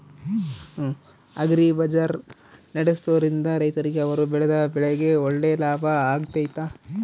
Agri bazaar ನಡೆಸ್ದೊರಿಂದ ರೈತರಿಗೆ ಅವರು ಬೆಳೆದ ಬೆಳೆಗೆ ಒಳ್ಳೆ ಲಾಭ ಆಗ್ತೈತಾ?